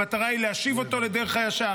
המטרה היא להשיב אותו לדרך הישר.